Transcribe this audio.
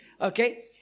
Okay